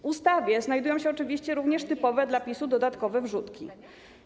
W ustawie znajdują się oczywiście również typowe dla PiS-u dodatkowe wrzutki.